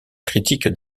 critique